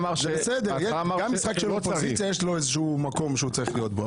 גם משחק של אופוזיציה יש לו מקום שהוא צריך להיות בו,